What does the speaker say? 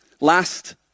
Last